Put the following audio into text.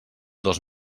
dos